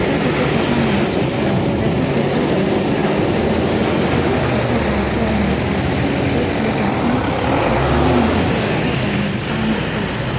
ការទទួលចង្ហាន់របស់ព្រះសង្ឃ ព្រះសង្ឃទទួលវត្ថុដោយកាយក្តី ឬវត្ថុដែលជាប់នឹងកាយក្តី ដូចជាចង្ហាន់ ហើយព្រះសង្ឃមិនទទួលវត្ថុដែលមិនសមនោះទេ។